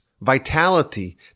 vitality